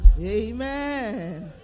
Amen